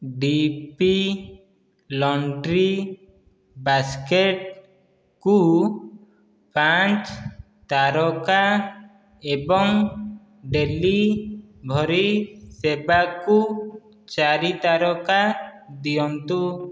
DP laundry ବାସ୍କେଟ୍କୁ ପାଞ୍ଚ ତାରକା ଏବଂ ଡେଲିଭରି ସେବାକୁ ଚାରି ତାରକା ଦିଅନ୍ତୁ